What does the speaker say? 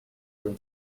from